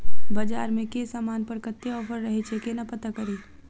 बजार मे केँ समान पर कत्ते ऑफर रहय छै केना पत्ता कड़ी?